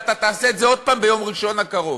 ואתה תעשה את זה עוד פעם ביום ראשון הקרוב.